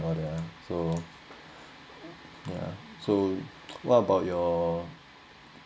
so ya so what about your